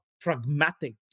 pragmatic